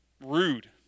rude